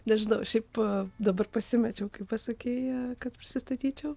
nežinau šiaip dabar pasimečiau kai pasakei kad prisistatyčiau